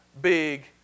big